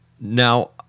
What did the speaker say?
Now